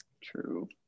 true